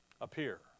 Appear